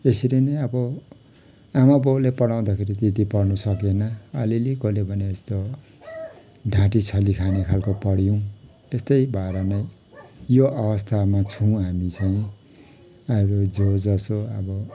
यसरी नै अब आमाबाउले पढाउँदाखेरि त्यति पढनु सकेन अलिअलि कसले भनेजस्तो ढाँटीछली खाने खाल्को पढ्युँ त्यस्तै भएर नै यो अवस्थामा छुँ हामी चाहिँ आरू जो जसो आबो